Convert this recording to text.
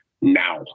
now